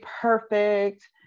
perfect